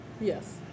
Yes